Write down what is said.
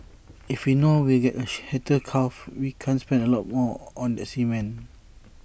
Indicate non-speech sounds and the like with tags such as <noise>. if we know we'll get A <unintelligible> heifer calf we can spend A lot more on that semen